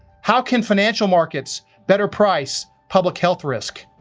how can financial markets better price public health risk?